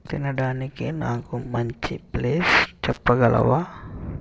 తినడానికి నాకు మంచి ప్లేస్ చెప్పగలవా